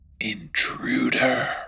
Intruder